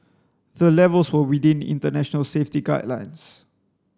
the levels were within international safety guidelines